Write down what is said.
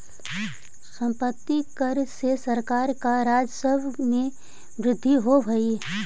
सम्पत्ति कर से सरकार के राजस्व में वृद्धि होवऽ हई